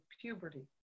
puberty